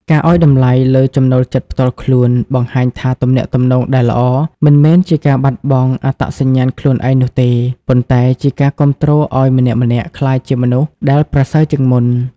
ការឱ្យតម្លៃលើ «ចំណូលចិត្តផ្ទាល់ខ្លួន» បង្ហាញថាទំនាក់ទំនងដែលល្អ មិនមែនជាការបាត់បង់អត្តសញ្ញាណខ្លួនឯងនោះទេ ប៉ុន្តែជាការគាំទ្រឱ្យម្នាក់ៗក្លាយជាមនុស្សដែលប្រសើរជាងមុន។